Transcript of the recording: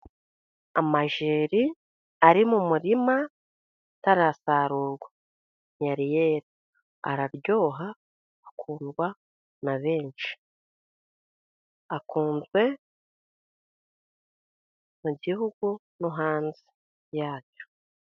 Amajeri ari mu murima atarasarurwa. Ntibyari yera, araryoha. Akundwa na benshi, akunzwe mu Gihugu no hanze yacyo.